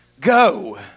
Go